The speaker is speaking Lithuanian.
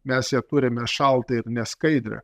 mes ją turime šaltą ir neskaidrią